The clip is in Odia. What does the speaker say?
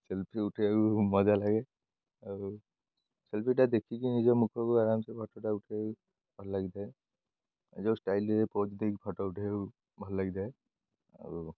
ସେଲ୍ଫି ଉଠେଇବାକୁ ମଜା ଲାଗେ ଆଉ ସେଲଫିଟା ଦେଖିକି ନିଜ ମୁଖକୁ ଆରାମସେ ଫଟୋଟା ଉଠେଇବାକୁ ଭଲ ଲାଗିଥାଏ ଯେଉଁ ଷ୍ଟାଇଲରେ ପୋଜ ଦେଇକି ଫଟୋ ଉଠେଇବାକୁ ଭଲ ଲାଗିଥାଏ ଆଉ